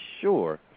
sure